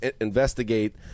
investigate